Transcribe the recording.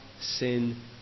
sin